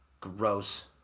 Gross